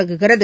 தொங்குகிறது